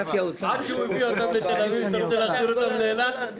עד שהוא יביא אותם לתל אביב אתה רוצה להחזיר אותם לאילת?